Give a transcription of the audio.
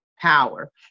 power